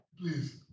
Please